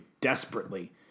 desperately